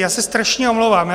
Já se strašně omlouvám.